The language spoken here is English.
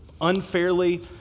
unfairly